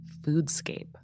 foodscape